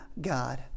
God